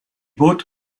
bought